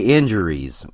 injuries